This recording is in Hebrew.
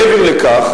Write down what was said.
מעבר לכך,